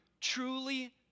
truly